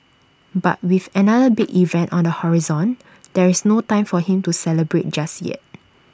but with another big event on the horizon there is no time for him to celebrate just yet